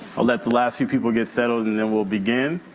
i'll let the last few people get settled and then we'll begin.